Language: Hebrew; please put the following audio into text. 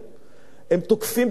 הם תוקפים במיוחד שם.